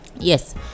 Yes